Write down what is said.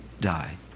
die